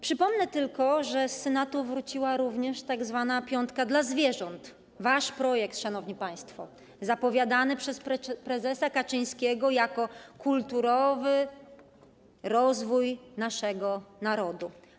Przypomnę tylko, że z Senatu wróciła również tzw. piątka dla zwierząt, wasz projekt, szanowni państwo, zapowiadany przez prezesa Kaczyńskiego jako przejaw kulturowego rozwoju naszego narodu.